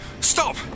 Stop